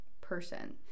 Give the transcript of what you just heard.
person